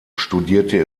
studierte